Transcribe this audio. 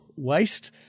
Waste